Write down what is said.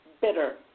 bitter